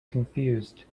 confused